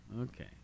Okay